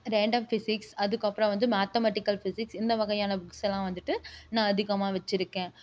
ரண்டம் physics அதுக்கு அப்புறோம் வந்து மேத்தமெட்டிக்கல் பிசிக்ஸ் இந்த வகையான புக்ஸ்லாம் வந்துகிட்டு நான் அதிகமாக வச்சுருக்கேன்